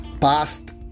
past